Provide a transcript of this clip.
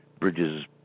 Bridges